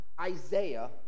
isaiah